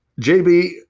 JB